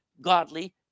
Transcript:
godly